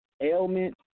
ailment